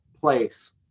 place